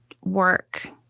work